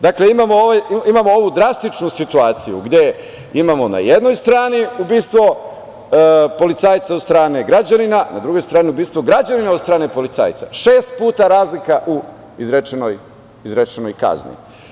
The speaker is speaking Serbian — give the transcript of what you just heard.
Dakle, imamo ovu drastičnu situaciju gde imamo na jednoj strani ubistvo policajca od strane građanina, na drugoj strani ubistvo građanina od strane policajca, šest puta razlika u izrečenoj kazni.